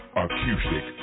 acoustic